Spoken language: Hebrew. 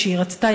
כשהיא רצתה,